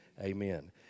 amen